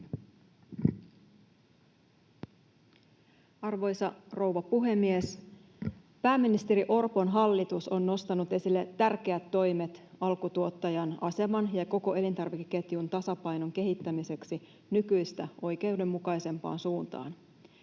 Arvoisa rouva puhemies! Pääministeri Orpon hallitus on nostanut esille tärkeät toimet alkutuottajan aseman ja koko elintarvikeketjun tasapainon kehittämiseksi nykyistä oikeudenmukaisempaan suuntaan.